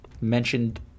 mentioned